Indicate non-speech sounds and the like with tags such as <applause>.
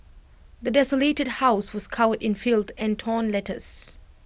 <noise> the desolated house was covered in filth and torn letters